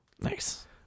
Nice